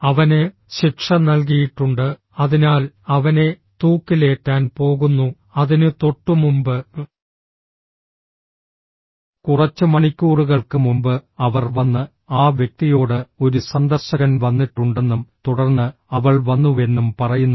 അവന് ശിക്ഷ നൽകിയിട്ടുണ്ട് അതിനാൽ അവനെ തൂക്കിലേറ്റാൻ പോകുന്നു അതിനു തൊട്ടുമുമ്പ് കുറച്ച് മണിക്കൂറുകൾക്ക് മുമ്പ് അവർ വന്ന് ആ വ്യക്തിയോട് ഒരു സന്ദർശകൻ വന്നിട്ടുണ്ടെന്നും തുടർന്ന് അവൾ വന്നുവെന്നും പറയുന്നു